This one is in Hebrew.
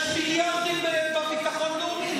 יש מיליארדים בביטחון לאומי.